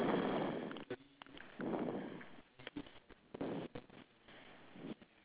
and a white shoes ah eh